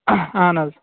اَہَن حظ